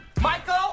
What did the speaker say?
Michael